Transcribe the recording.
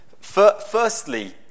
Firstly